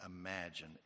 imagine